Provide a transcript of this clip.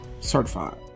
Certified